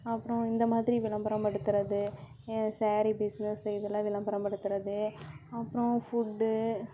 அப்புறம் இந்த மாதிரி விளம்பரம் படுத்துறது ஸாரீ பிஸ்னஸ் இதெல்லாம் விளம்பரம் படுத்துறது அப்புறம் ஃபுட்டு